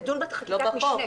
תדון בחקיקת משנה.